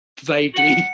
vaguely